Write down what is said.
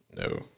No